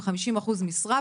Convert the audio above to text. ב-50% משרה.